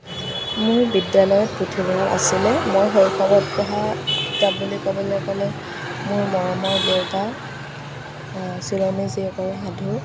মোৰ বিদ্যালয়ত পুথিভঁৰাল আছেনে মই শৈশৱত পঢ়া কিতাপ বুলি ক'লে মোৰ মৰমৰ দেউতা চিলনী জীয়েকৰ সাধু